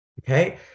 Okay